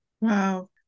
Wow